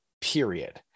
period